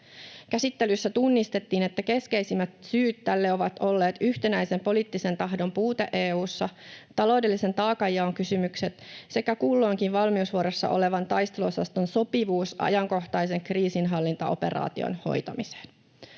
Käsittelyssä tunnistettiin, että keskeisimmät syyt näille ovat olleet yhtenäisen poliittisen tahdon puute EU:ssa, taloudellisen taakanjaon kysymykset sekä kulloinkin valmiusvuorossa olevan taisteluosaston sopivuus ajankohtaisen kriisinhallintaoperaation hoitamiseen.